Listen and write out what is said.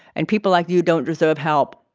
and people like you don't deserve help.